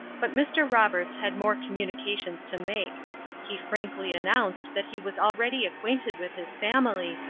but mr. roberts had more communications to make he frankly announced that he was already acquainted with his family,